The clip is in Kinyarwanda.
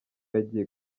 yagiye